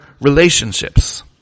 relationships